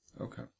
Okay